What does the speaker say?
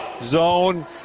zone